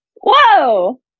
Whoa